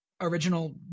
original